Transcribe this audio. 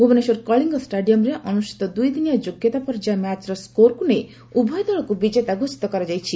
ଭୁବନେଶ୍ୱର କଳିଙ୍ଗ ଷ୍ଟାଡିୟମ୍ରେ ଅନୁଷ୍ଠିତ ଦୁଇଦିନିଆ ଯୋଗ୍ୟତା ପର୍ଯ୍ୟାୟ ମ୍ୟାଚ୍ର ସ୍କୋରକୁ ନେଇ ଉଭୟ ଦଳକୁ ବିଜେତା ଘୋଷିତ କରାଯାଇଛି